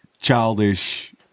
childish